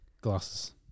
glasses